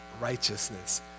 righteousness